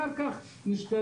אחר כך נשתלב.